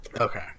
Okay